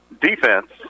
defense